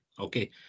Okay